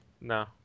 No